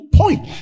point